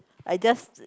I just